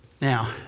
Now